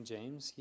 James